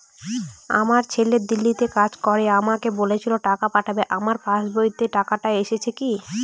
আমার ছেলে দিল্লীতে কাজ করে আমাকে বলেছিল টাকা পাঠাবে আমার পাসবইতে টাকাটা এসেছে কি?